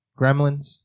Gremlins